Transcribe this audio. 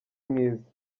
mwiza